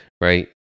right